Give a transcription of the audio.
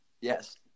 Yes